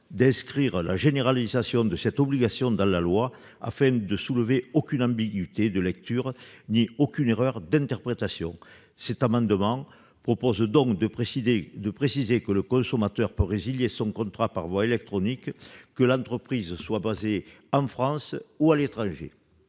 d'inscrire la généralisation de cette obligation dans la loi, afin de lever toute ambiguïté de lecture et d'éviter toute erreur d'interprétation. Par cet amendement, nous entendons préciser que le consommateur pourra résilier son contrat par voie électronique, que l'entreprise soit basée en France ou à l'étranger.